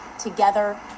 together